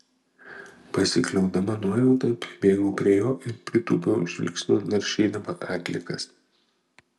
pasikliaudama nuojauta pribėgau prie jo ir pritūpiau žvilgsniu naršydama atliekas